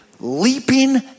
leaping